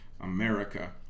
America